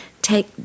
take